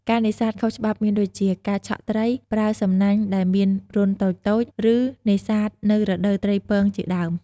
ការនេសាទខុសច្បាប់មានដូចជា ការឆក់ត្រី ប្រើសំណាញ់ដែលមានរន្ធតូចៗ ឬ នេសាទនៅរដូវត្រីពងជាដើម។